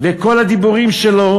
וכל הדיבורים שלו,